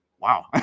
wow